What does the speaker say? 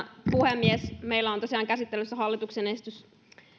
puhemies meillä on tosiaan käsittelyssä hallituksen esitys